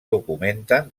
documenten